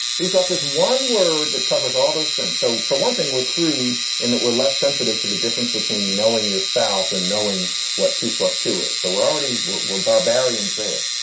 we've got this one word that covers all those things. so for one thing, we're crude in that we're less sensitive to the difference between knowing your spouse and knowing what two plus two is. so we're already we're we're barbarians there.